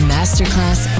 Masterclass